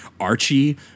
Archie